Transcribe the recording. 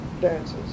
dances